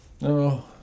No